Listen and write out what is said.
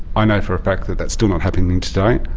i know for a fact that that's still not happening today.